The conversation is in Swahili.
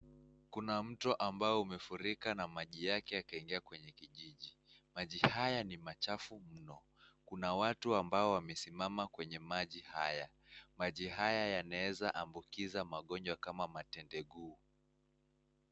Kuna mto ambao umefurika na maji yake yakaingia kwenye kijiji. Maji haya ni machafu mno. Kuna watu ambao wamesimama kwenye maji haya. Maji haya yanaeza ambukiza magonjwa kama matende guu.